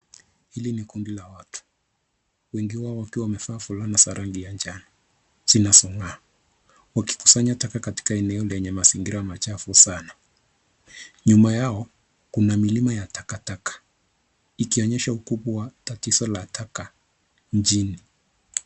Hili ni kundi la watu, wengi wao wakiwa wamevaa fulana za rangi ya njano zinazong'aa . Wakikusanya taka katika eneo lenye mazingira machafu sana. Nyuma yao kuna milima ya takataka ikionyesha ukubwa tatizo la taka nchini.